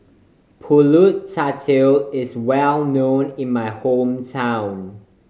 Pulut Tatal is well known in my hometown